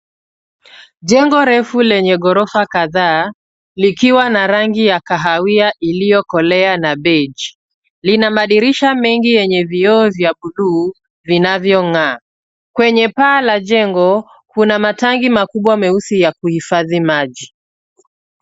Jengo refu lenye ghorofa kadhaa likiwa na rangi ya kahawia iliyokolea na beij, lina madirisha mengi yenye vioo vya buluu vinavyong'aa. Kwenye paa la jengo kuna matanki makubwa meusi ya kuhifadhi maji.